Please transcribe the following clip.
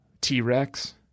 T-Rex